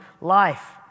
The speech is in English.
life